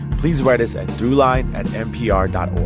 please write us at throughline at npr dot o